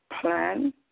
plan